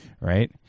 right